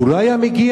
הוא לא היה מגיע?